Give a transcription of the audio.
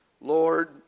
Lord